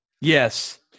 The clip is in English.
yes